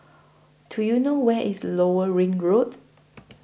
Do YOU know Where IS Lower Ring Road